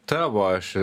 tavo aš